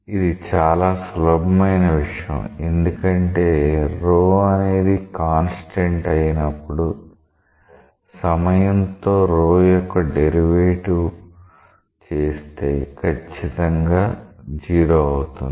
ఇది చాలా సులభమైన విషయం ఎందుకంటే ρ అనేది కాన్స్టెంట్ అయినప్పుడు సమయంతో ρ యొక్క డెరివేటివ్ చేస్తే కచ్చితంగా 0 అవుతుంది